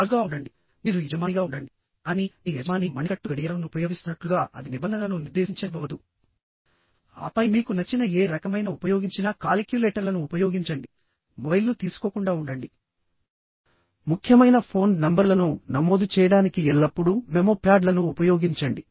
రాజుగా ఉండండి మీరు యజమానిగా ఉండండి కానీ మీ యజమాని మణికట్టు గడియారం ను ఉపయోగిస్తున్నట్లుగా అది నిబంధనలను నిర్దేశించనివ్వవద్దు ఆపై మీకు నచ్చిన ఏ రకమైన ఉపయోగించినా కాలిక్యులేటర్లను ఉపయోగించండి మొబైల్ను తీసుకోకుండా ఉండండి ముఖ్యమైన ఫోన్ నంబర్లను నమోదు చేయడానికి ఎల్లప్పుడూ మెమో ప్యాడ్లను ఉపయోగించండి